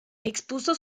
expuso